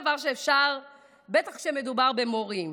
בטח כשמדובר במורים.